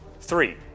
Three